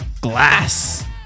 glass